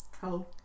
Hello